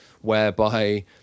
whereby